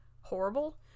horrible